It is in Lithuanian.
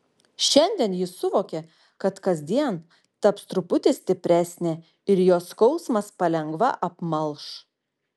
šiandien ji suvokė kad kasdien taps truputį stipresnė ir jos skausmas palengva apmalš